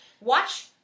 Watch